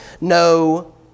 no